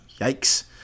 Yikes